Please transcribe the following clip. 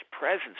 presence